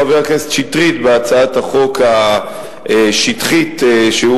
חבר הכנסת שטרית בהצעת החוק השטחית שהוא